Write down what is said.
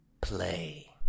play